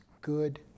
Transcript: good